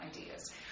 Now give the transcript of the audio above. ideas